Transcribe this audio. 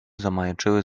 zamajaczyły